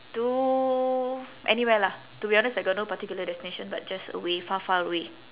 to anywhere lah to be honest I got no particular destination but just away far far away